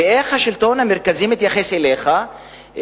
ואיך השלטון המרכזי מתייחס אליך,